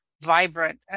Vibrant